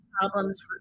problems